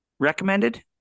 recommended